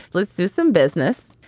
let's do some business.